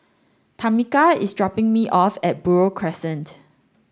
Tamica is dropping me off at Buroh Crescent